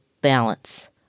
balance